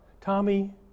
Tommy